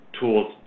tools